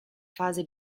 fase